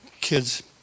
kids